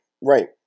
right